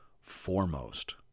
foremost